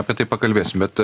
apie tai pakalbėsim bet